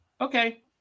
Okay